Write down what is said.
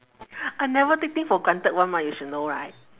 I never take thing for granted [one] mah you should know right